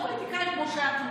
כי אנחנו לא פוליטיקאים כמו שהיה,